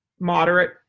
moderate